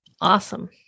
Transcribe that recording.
Awesome